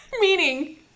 Meaning